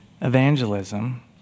Evangelism